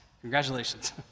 Congratulations